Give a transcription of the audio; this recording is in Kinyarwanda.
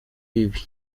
bibi